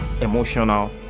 Emotional